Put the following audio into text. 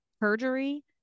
perjury